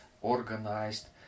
organized